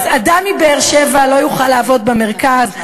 אז אדם מבאר-שבע לא יוכל לעבוד במרכז,